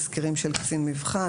כולל תסקירים של קצין מבחן,